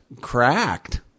cracked